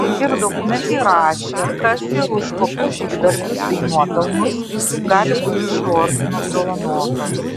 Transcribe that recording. ir dokumente įrašė kas ir už kokius žygdarbius bei nuopelnus gali būti šiuo ordinu apdovanotas